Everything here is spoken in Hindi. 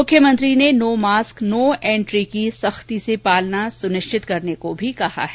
मुख्यमंत्री ने नो मास्क नो एंट्री की सख्ती से पालना सुनिश्चित करने को भी कहा है